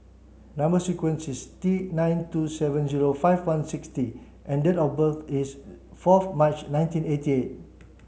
number sequence is T nine two seven zero five one six T and date of birth is fourth March nineteen eighty eight